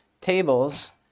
tables